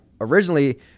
originally